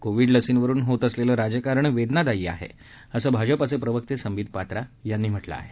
Covid लसींवरून होत असलेलं राजकारण वेदनादायी आहे असं भाजपाचे प्रवक्ते संबित पात्रा यांनी म्हटलं आहे